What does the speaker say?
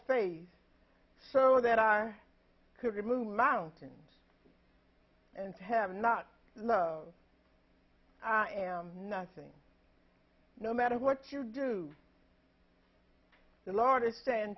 space so that i could move mountains and have not though i am nothing no matter what you do the larder stay in